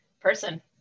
Person